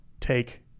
take